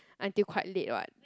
until quite late [what]